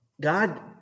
God